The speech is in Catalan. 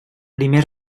primer